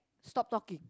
stop talking